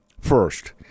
First